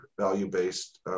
value-based